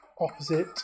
opposite